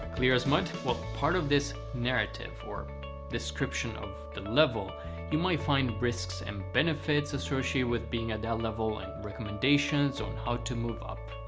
clear as mud? well, part of this narrative or description of the level you might find risks and benefits associated with being at a level and recommendations on how to move up.